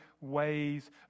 ways